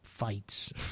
fights